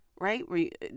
Right